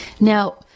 Now